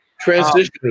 Transition